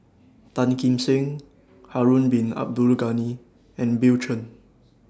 Tan Kim Seng Harun Bin Abdul Ghani and Bill Chen